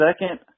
Second